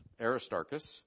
Aristarchus